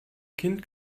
kind